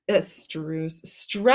stress